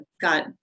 got